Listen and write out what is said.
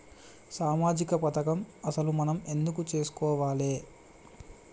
సామాజిక పథకం అసలు మనం ఎందుకు చేస్కోవాలే?